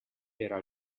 era